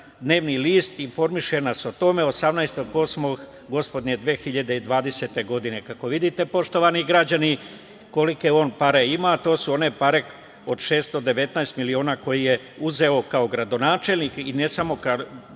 dnevni list informiše nas o tome 18.08.2020. godine. Kako vidite, poštovani građani, kolike on pare ima, to su one pare od 619 miliona koje je uzeo kao gradonačelnik i ne samo kao